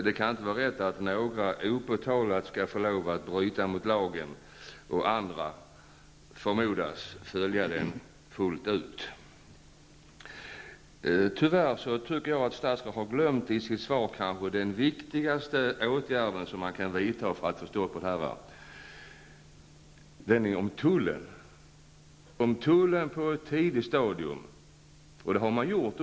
Det kan inte vara rätt att några opåtalat skall få lov att bryta mot lagen och andra förmodas följa den fullt ut. Tyvärr tycker jag att statsrådet i sitt svar har glömt den kanske viktigaste åtgärden som man kan vidta för att få stopp på den här verksamheten, nämligen vad tullen kan göra.